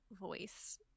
voice